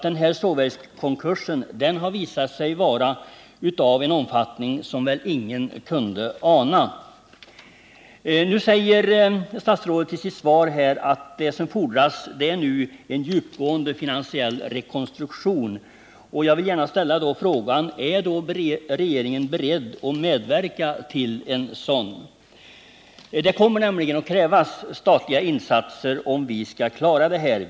Den här sågverkskonkursen har nämligen visat sig vara av en omfattning som väl ingen kunde ana. Nu sade statsrådet i sitt svar att vad som fordras är en djupgående finansiell rekonstruktion. Jag vill gärna fråga: Är då regeringen beredd att medverka till en sådan? Det kommer nämligen att krävas statliga insatser, om vi skall klara det här.